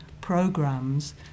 programs